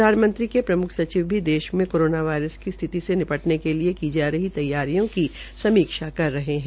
प्रधानमंत्री के प्रम्ख सचिव भी देश में कोरोना वायरस की स्थिति से निपटने के लिए की जा रही तैयारियों की समीक्षा कर रहे है